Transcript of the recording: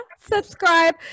Subscribe